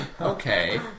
Okay